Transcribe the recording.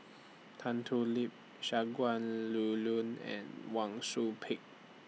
Tan Thoon Lip Shangguan Liulun and Wang Sui Pick